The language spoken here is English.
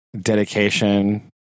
dedication